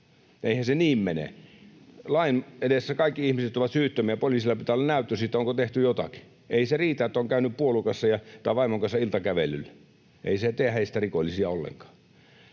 Eihän se niin mene. Lain edessä kaikki ihmiset ovat syyttömiä, ja poliisilla pitää olla näyttö siitä, onko tehty jotakin. Ei se riitä, että on käynyt puolukassa tai vaimon kanssa iltakävelyllä. Ei se tee heistä rikollisia ollenkaan.